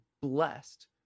blessed